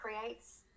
creates